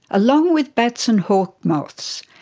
along with bats and hawkmoths,